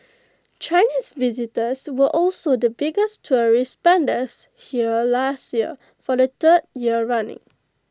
Chinese visitors were also the biggest tourist spenders here last year for the third year running